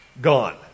gone